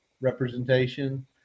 representation